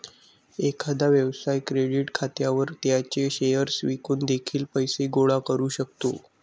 एखादा व्यवसाय क्रेडिट खात्यावर त्याचे शेअर्स विकून देखील पैसे गोळा करू शकतो